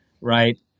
right